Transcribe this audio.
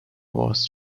was